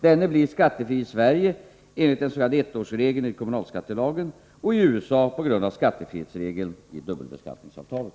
Denne blir skattefri i Sverige enligt den s.k. ettårsregeln i kommunalskattelagen och i USA på grund av skattefrihetsregeln i dubbelbeskattningsavtalet.